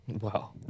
Wow